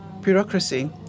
bureaucracy